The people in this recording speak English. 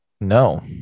no